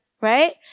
Right